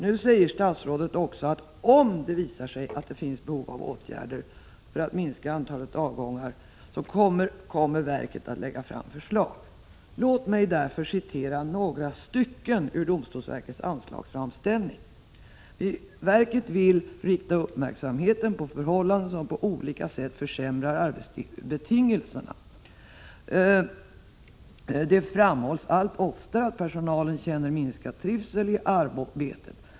Nu säger statsrådet också att om det visar sig att det finns behov av åtgärder för att minska antalet avgångar, så kommer verket att lägga fram förslag om detta. Låt mig återge några avsnitt ur domstolsverkets anslagsframställning. Där heter det att verket vill rikta uppmärksamheten på förhållanden som på olika sätt försämrar arbetsbetingelserna. Det framhålls allt oftare, skriver domstolsverket, att personalen känner minskad trivsel med arbetet.